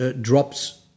drops